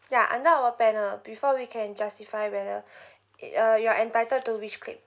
ya under our panel before we can justify whether it uh you're entitled to which claim